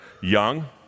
young